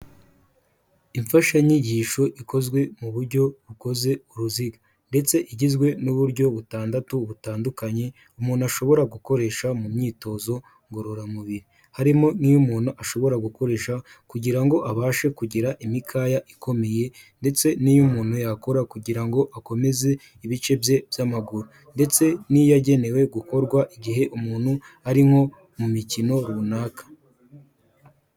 Imfashanyigisho ikozwe mu buryo bukoze m’uruziga, ndetse igizwe n'uburyo butandatu butandukanye umuntu ashobora gukoresha mu myitozo ngororamubiri, harimo n’iyo umuntu ashobora gukoresha kugira ngo abashe kugira imikaya ikomeye, ndetse n'iy’umuntu yakora kugira ngo akomeze ibice bye by'amaguru, ndetse n'iyo yagenewe gukorwa igihe umuntu ari nko mu mikino runaka.